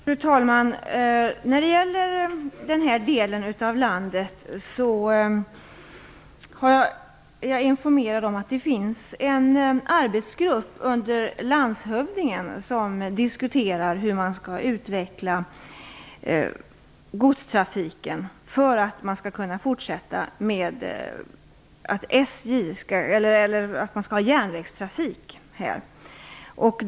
Fru talman! När det gäller denna del av landet är jag informerad om att det finns en arbetsgrupp under landshövdingen som diskuterar hur man skall utveckla godstrafiken för att kunna fortsätta med järnvägstrafiken här.